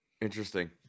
Interesting